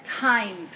times